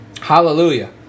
Hallelujah